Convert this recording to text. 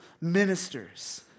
ministers